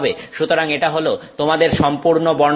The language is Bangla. সুতরাং এটা হলো তোমাদের সম্পূর্ণ বর্ণালী